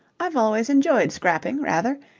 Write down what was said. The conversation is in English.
i've always enjoyed scrapping rather.